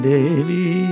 Devi